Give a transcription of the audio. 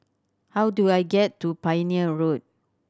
how do I get to Pioneer Road